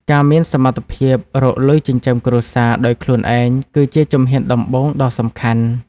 ការមានសមត្ថភាពរកលុយចិញ្ចឹមគ្រួសារដោយខ្លួនឯងគឺជាជំហានដំបូងដ៏សំខាន់។